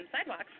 sidewalks